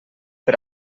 per